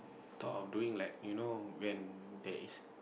thought of doing like you know when there is